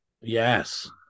Yes